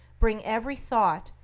bring every thought,